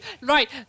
Right